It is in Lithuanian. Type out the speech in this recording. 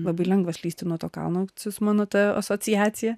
labai lengva slysti nuo to kalno su mano ta asociacija